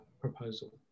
proposal